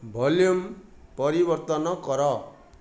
volume ପରିବର୍ତ୍ତନ କର